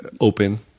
open